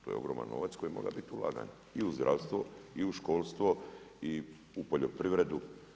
To je ogroman novac koji mora bit ulagan i u zdravstvo i u školstvo i u poljoprivredu.